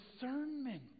discernment